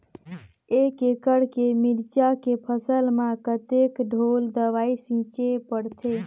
एक एकड़ के मिरचा के फसल म कतेक ढोल दवई छीचे पड़थे?